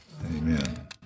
Amen